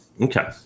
Okay